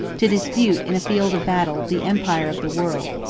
to dispute, in a field of battle, the empire of the world.